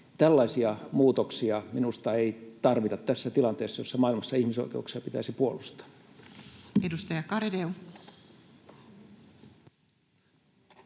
Tällaisia muutoksia minusta ei tarvita tässä tilanteessa, jossa maailmassa ihmisoikeuksia pitäisi puolustaa. [Speech